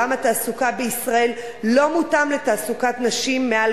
עולם התעסוקה בישראל לא מותאם לתעסוקת נשים מעל